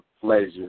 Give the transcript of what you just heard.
pleasure